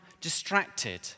distracted